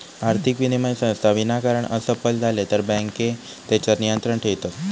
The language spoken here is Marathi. आर्थिक विनिमय संस्था विनाकारण असफल झाले तर बँके तेच्यार नियंत्रण ठेयतत